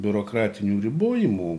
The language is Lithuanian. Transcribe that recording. biurokratinių ribojimų